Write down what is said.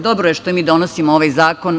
Dobro je što mi donosimo ovaj zakon.